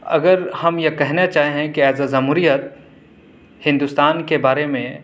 اگر ہم یہ کہنا چاہیں کہ ایز اے جمہوریت ہندوستان کے بارے میں